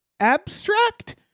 abstract